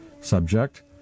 subject